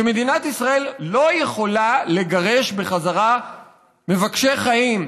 שמדינת ישראל לא יכולה לגרש בחזרה מבקשי חיים,